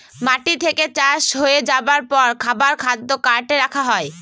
মাটি থেকে চাষ হয়ে যাবার পর খাবার খাদ্য কার্টে রাখা হয়